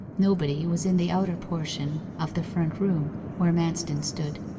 nobody was in the outer portion of the front room where manston stood,